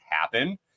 happen